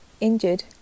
injured